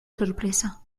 sorpresa